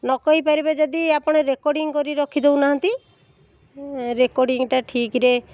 ନ କହିପାରିବେ ଯଦି ଆପଣ ରେକର୍ଡିଂ କରି ରଖି ଦେଉନାହାନ୍ତି ରେକର୍ଡିଂଟା ଠିକରେ